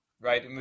Right